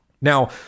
Now